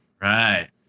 Right